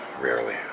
Rarely